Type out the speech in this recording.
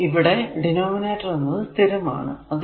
പിന്നെ ഇവിടെ ഡിനോമിനേറ്റർ എന്നത് സ്ഥിരമാണ്